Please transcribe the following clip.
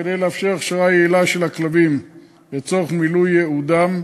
כדי לאפשר הכשרה יעילה של הכלבים לצורך מילוי ייעודם,